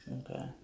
Okay